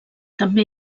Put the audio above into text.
també